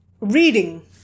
reading